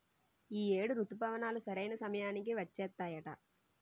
ఈ ఏడు రుతుపవనాలు సరైన సమయానికి వచ్చేత్తాయట